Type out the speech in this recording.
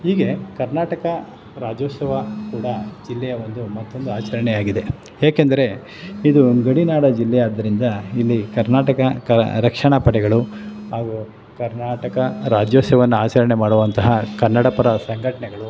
ಹೀಗೆ ಕರ್ನಾಟಕ ರಾಜ್ಯೋತ್ಸವ ಕೂಡ ಜಿಲ್ಲೆಯ ಒಂದು ಮತ್ತೊಂದು ಆಚರಣೆಯಾಗಿದೆ ಏಕೆಂದರೆ ಇದು ಗಡಿನಾಡ ಜಿಲ್ಲೆಯಾದ್ದರಿಂದ ಇಲ್ಲಿ ಕರ್ನಾಟಕ ಕ ರಕ್ಷಣ ಪಡೆಗಳು ಹಾಗೂ ಕರ್ನಾಟಕ ರಾಜ್ಯೋತ್ಸವವನ್ನು ಆಚರಣೆ ಮಾಡುವಂತಹ ಕನ್ನಡ ಪರ ಸಂಘಟನೆಗಳು